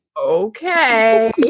okay